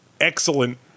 excellent